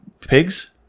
Pigs